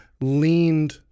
leaned